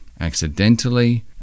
accidentally